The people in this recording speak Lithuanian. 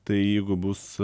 tai jeigu bus